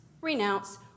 renounce